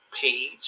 page